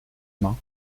main